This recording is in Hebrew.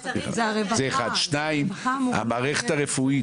אני מאמינה שבאמצעות יעלות ורצון לעזור,